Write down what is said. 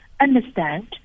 understand